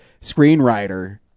screenwriter